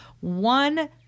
one